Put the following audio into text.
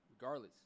regardless